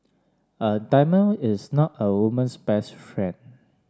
a diamond is not a woman's best friend